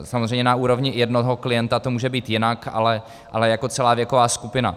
Samozřejmě na úrovni jednoho klienta to může být jinak, ale jako celá věková skupina.